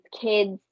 kids